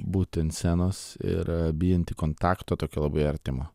būti ant scenos ir bijantį kontakto tokio labai artimo